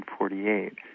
1948